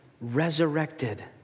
resurrected